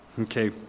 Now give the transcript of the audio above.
Okay